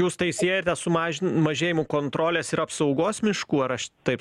jūs tai siejate su mažin mažėjimu kontrolės ir apsaugos miškų ar aš taip